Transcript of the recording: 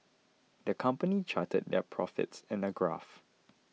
the company charted their profits in a graph